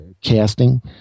casting